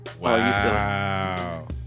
Wow